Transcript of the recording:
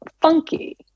funky